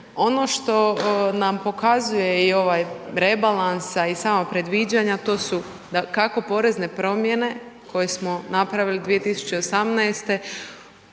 Ono što nam pokazuje i ovaj rebalans a i sama predviđanja to su da kako porezne promjene koje smo napravili 2018.